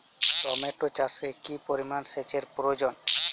Tomato চাষে কি পরিমান সেচের প্রয়োজন?